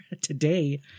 today